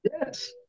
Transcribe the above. Yes